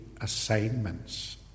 assignments